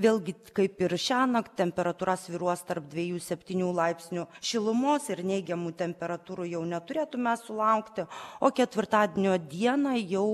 vėlgi kaip ir šiąnakt temperatūra svyruos tarp dvejų septynių laipsnių šilumos ir neigiamų temperatūrų jau neturėtume sulaukti o ketvirtadienio dieną jau